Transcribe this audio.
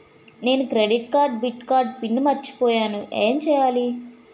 నేను credit card debit card PIN మర్చిపోయేను ఎం చెయ్యాలి?